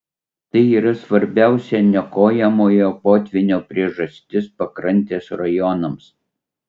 tai yra svarbiausia niokojamojo potvynio priežastis pakrantės rajonams